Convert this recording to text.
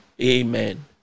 Amen